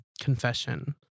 confession